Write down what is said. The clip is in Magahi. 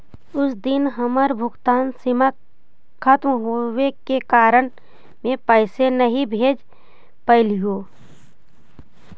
उस दिन हमर भुगतान सीमा खत्म होवे के कारण में पैसे नहीं भेज पैलीओ